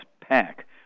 Pack